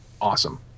awesome